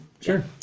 Sure